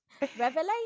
revelation